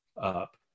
up